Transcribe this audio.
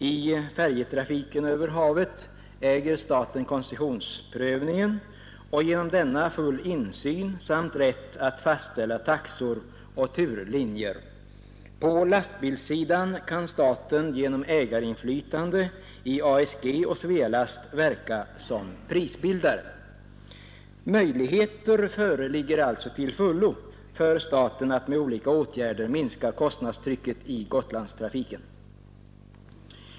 I färjetrafiken över havet äger staten koncessionsprövningen och genom denna full insyn samt rätt att fastställa taxor och turlinjer. På lastbilssidan kan staten genom ägarinflytande i ASG och Svealast verka som prisbildare. Möjligheter föreligger alltså till fullo för staten att med olika åtgärder minska kostnadstrycket i Gotlandstrafiken.